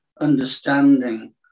understanding